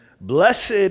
Blessed